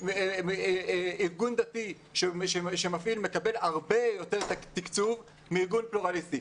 שארגון דתי שמפעיל מקבל הרבה יותר תקצוב מארגון פלורליסטי.